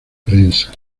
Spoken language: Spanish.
prensa